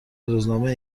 روزنامه